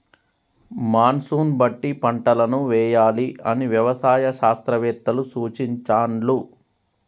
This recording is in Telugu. మాన్సూన్ బట్టి పంటలను వేయాలి అని వ్యవసాయ శాస్త్రవేత్తలు సూచించాండ్లు